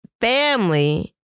family